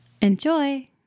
Enjoy